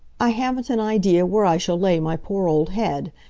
i haven't an idea where i shall lay my poor old head.